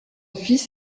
fils